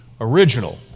original